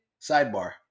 Sidebar